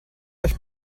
euch